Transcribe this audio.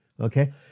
Okay